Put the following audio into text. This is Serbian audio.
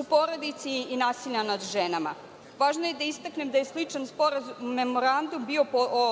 u porodici i nasilja nad ženama. Važno je da istaknem da je sličan bio Memorandum o